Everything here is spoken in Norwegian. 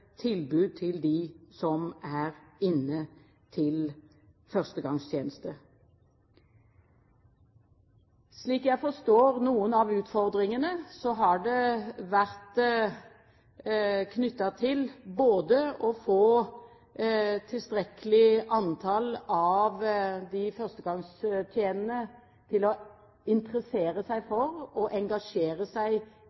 tilbud til dem som er inne til førstegangstjeneste. Slik jeg forstår noen av utfordringene, har de vært knyttet både til å få et tilstrekkelig antall av de førstegangstjenende til å interessere seg